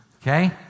Okay